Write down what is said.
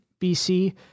BC